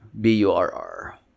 B-U-R-R